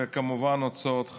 וכמובן את הוצאות הקורונה.